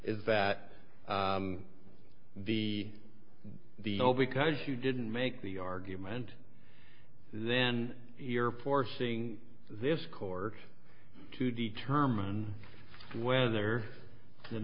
is that the the no because you didn't make the argument then you're forcing this court to determine whether